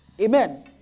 amen